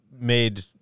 made